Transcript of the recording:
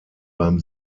beim